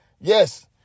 yes